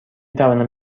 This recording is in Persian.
توانم